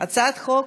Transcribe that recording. הצעת חוק